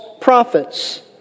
prophets